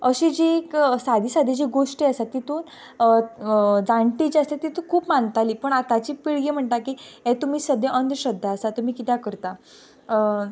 अशी जी सादी सादी गोश्टी आसात तितून जाणटी जी आसता तीं खूब मानताली पूण आतांची पिळगी म्हणटा की हें तुमी सद्द्यां अंधश्रद्धा आसा तुमी किद्याक करता